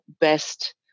best